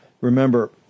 Remember